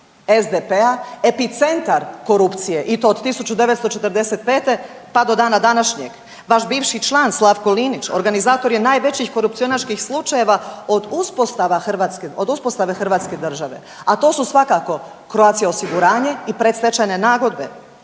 SDP-a epicentar korupcije i to od 1945. pa do dana današnjeg. Vaš bivši član Slavko Linić organizator je najvećih korupcionaških slučajeva od uspostave Hrvatske države, a to su svakako Croatia osiguranje i predstečajne nagodbe.